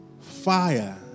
fire